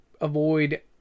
avoid